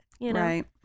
Right